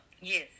yes